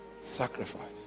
sacrifice